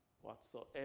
whatsoever